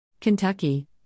Kentucky